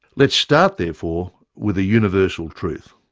let's start therefore with a universal truth